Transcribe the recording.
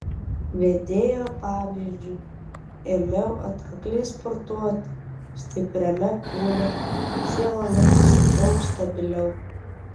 vedėjo pavyzdžiu ėmiau atkakliai sportuoti stipriame kūne siela laikėsi daug stabiliau